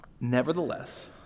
nevertheless